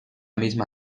misma